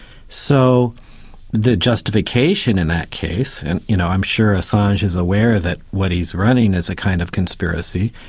so the justification in that case, and you know, i'm sure assange is aware that what he's running is a kind of conspiracy,